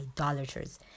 idolaters